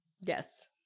Yes